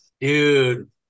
Dude